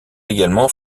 également